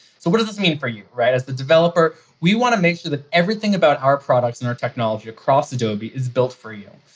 so what does this mean for you? as the developer, we want to make sure that everything about our products and our technology across adobe is built for you.